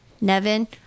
Nevin